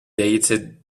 dated